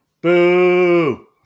Boo